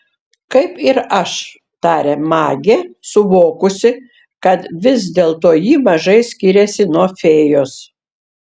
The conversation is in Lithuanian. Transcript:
kaip ir aš tarė magė suvokusi kad vis dėlto ji mažai skiriasi nuo fėjos